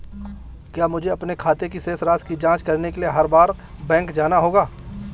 क्या मुझे अपने खाते की शेष राशि की जांच करने के लिए हर बार बैंक जाना होगा?